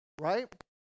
right